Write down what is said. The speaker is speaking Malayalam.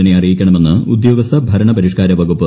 സി യെ അറിയിക്കണമെന്ന് ഉദ്യോഗസ്ഥ ഭരണപരിഷ്ക്കാര വകുപ്പ്